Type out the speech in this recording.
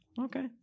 okay